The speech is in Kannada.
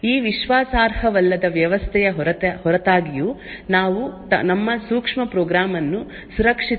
ಈ ವಿಶ್ವಾಸಾರ್ಹವಲ್ಲದ ವ್ಯವಸ್ಥೆಯ ಹೊರತಾಗಿಯೂ ನಾವು ನಮ್ಮ ಸೂಕ್ಷ್ಮ ಪ್ರೋಗ್ರಾಂ ಅನ್ನು ಸುರಕ್ಷಿತ ಮತ್ತು ಸುರಕ್ಷಿತ ರೀತಿಯಲ್ಲಿ ಚಲಾಯಿಸಲು ಬಯಸುತ್ತೇವೆ